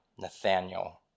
Nathaniel